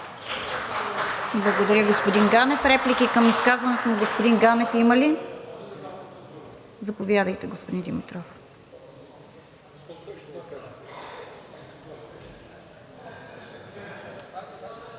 Благодаря, господин Ганев. Реплики към изказването на господин Ганев има ли? Заповядайте, господин Димитров.